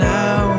now